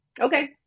Okay